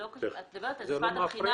את מדברת על שפת הבחינה,